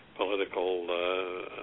political